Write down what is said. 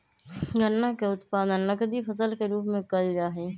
गन्ना के उत्पादन नकदी फसल के रूप में कइल जाहई